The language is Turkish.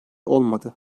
olmadı